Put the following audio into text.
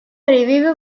reviewer